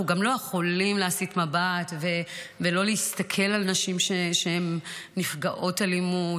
אנחנו גם לא יכולים להסיט מבט ולא להסתכל על נשים נפגעות אלימות,